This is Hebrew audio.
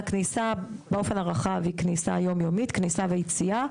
הכניסה באופן הרחב הוא כניסה ויציאה יומיומית.